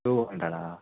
two ஹண்ட்ரடா